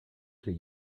did